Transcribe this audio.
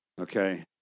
Okay